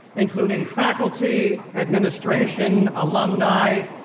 including faculty, administration, alumni,